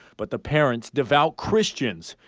but the parents, devout christians,